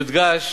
יודגש